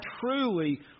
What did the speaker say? truly